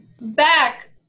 back